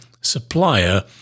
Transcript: supplier